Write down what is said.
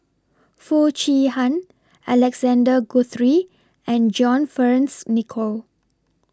Foo Chee Han Alexander Guthrie and John Fearns Nicoll